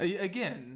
Again